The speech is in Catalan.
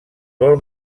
vol